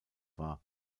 war